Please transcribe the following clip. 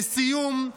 לסיום,